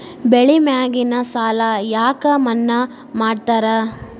ಬೆಳಿ ಮ್ಯಾಗಿನ ಸಾಲ ಯಾಕ ಮನ್ನಾ ಮಾಡ್ತಾರ?